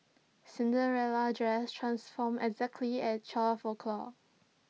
Cinderella's dress transformed exactly at twelve o'clock